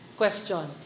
Question